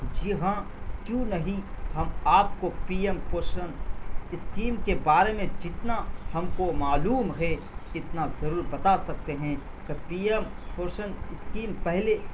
جی ہاں کیوں نہیں ہم آپ کو پی ایم پوشن اسکیم کے بارے میں جتنا ہم کو معلوم ہے اتنا ضرور بتا سکتے ہیں کہ پی ایم پوشن اسکیم پہلے